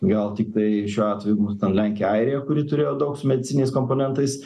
gal tiktai šiuo atveju mus ten lenkia airija kuri turėjo daug su medicininiais komponentais